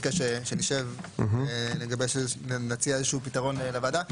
ביקש שנשב לגבש ולהציע איזשהו פתרון לוועדה.